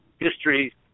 history